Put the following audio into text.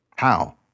How